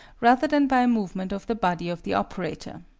rather than by a movement of the body of the operator.